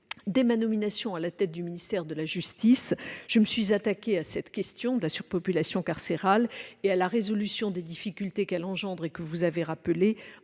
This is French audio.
Dès ma nomination à la tête du ministère de la justice, je me suis attaquée à cette question de la surpopulation carcérale et à la résolution des difficultés qu'elle engendre- et que vous avez rappelées